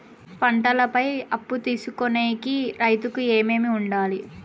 పంటల పై అప్పు తీసుకొనేకి రైతుకు ఏమేమి వుండాలి?